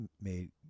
made